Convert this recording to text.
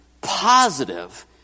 positive